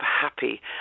happy